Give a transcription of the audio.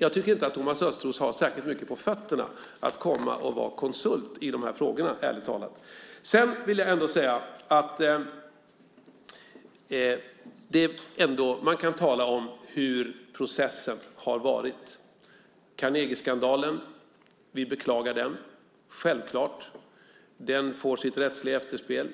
Jag tycker ärligt talat att Thomas Östros inte har särskilt mycket på fötterna när det gäller att vara konsult i dessa frågor. Man kan tala om hur processen har varit. Carnegieskandalen beklagar vi självklart. Den får sitt rättsliga efterspel.